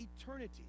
eternity